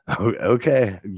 Okay